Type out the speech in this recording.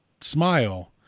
smile